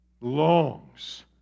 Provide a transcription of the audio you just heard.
longs